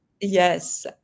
Yes